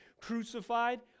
crucified